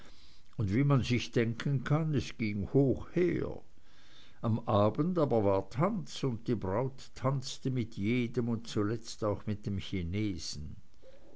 und wie man sich denken kann es ging hoch her am abend aber war tanz und die braut tanzte mit jedem und zuletzt auch mit dem chinesen